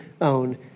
own